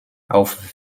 auf